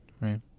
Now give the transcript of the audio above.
right